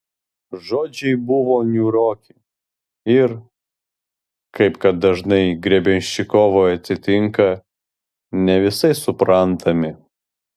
žodžiai buvo niūroki ir kaip kad dažnai grebenščikovui atsitinka ne visai suprantami